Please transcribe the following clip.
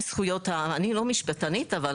אני זאת שכתבתי לפני הרבה שנים מאמר על יתמות מתוכננת.